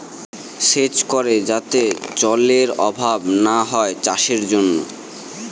সেচ করে যাতে জলেরর অভাব না হয় চাষের জন্য